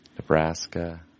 Nebraska